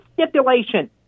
stipulation